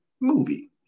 movie